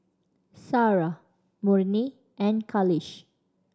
Sarah Murni and Khalish